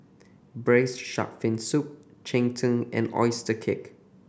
Braised Shark Fin Soup cheng tng and oyster cake